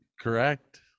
correct